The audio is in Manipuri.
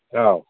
ꯑꯥꯎ